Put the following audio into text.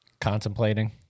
contemplating